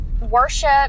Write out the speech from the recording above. worship